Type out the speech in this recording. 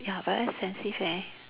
but very expensive eh